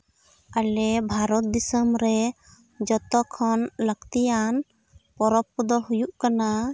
ᱟᱞᱮ ᱵᱷᱟᱨᱚᱛ ᱫᱤᱥᱚᱢᱨᱮ ᱡᱚᱛᱚᱠᱷᱚᱱ ᱞᱟᱹᱠᱛᱤᱭᱟᱱ ᱯᱚᱨᱚᱵ ᱠᱚᱫᱚ ᱦᱩᱭᱩᱜ ᱠᱟᱱᱟ